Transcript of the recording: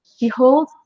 behold